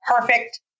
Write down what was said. perfect